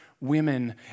women